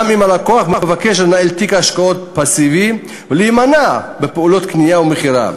גם אם הלקוח מבקש לנהל תיק השקעות פסיבי ולהימנע מפעולות קנייה ומכירה.